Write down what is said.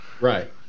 Right